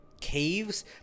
caves